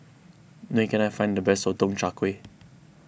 where can I find the best Sotong Char Kway